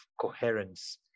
coherence